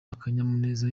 akanyamuneza